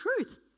truth